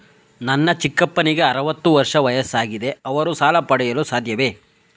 ನನ್ನ ಚಿಕ್ಕಪ್ಪನಿಗೆ ಅರವತ್ತು ವರ್ಷ ವಯಸ್ಸಾಗಿದೆ ಅವರು ಸಾಲ ಪಡೆಯಲು ಸಾಧ್ಯವೇ?